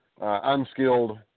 unskilled